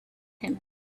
him